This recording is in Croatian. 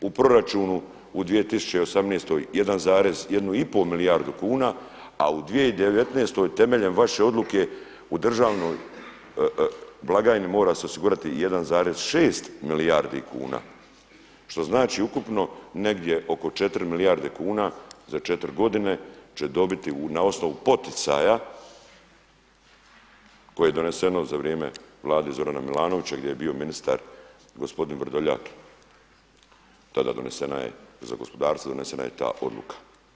U proračunu u 2018. 1,1,5 milijardu kuna, a u 2019. temeljem vaše odluke u državnoj blagajni mora se osigurati 1,6 milijardi kuna, što znači ukupno negdje oko 4 milijarde kuna za 4 godine će dobiti na osnovu poticaja koje je doneseno za vrijeme vlade Zorana Milanovića gdje je bio ministar gospodin Vrdoljak tada donesena je za gospodarstvo donesena je ta odluka.